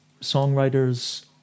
songwriters